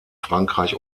frankreich